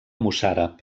mossàrab